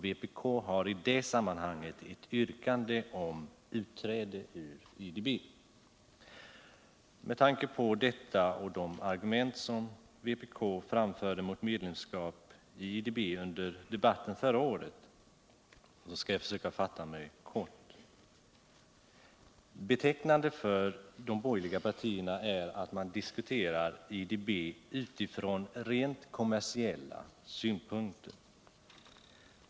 Vpk har i det sammanhanget ett yrkande om utträde ur IDB. Med tanke på detta — och de argument som vpk framförde mot medlemskap i IDB under debatten förra året — skall jag försöka fatta mig kort. Betecknande för de borgerliga partierna är att man diskuterar IDB utifrån rent kommersiella synpunkter.